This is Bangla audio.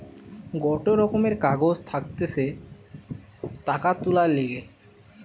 গটে রকমের কাগজ থাকতিছে টাকা তুলার লিগে